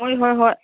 ꯍꯣꯏ ꯍꯣꯏ ꯍꯣꯏ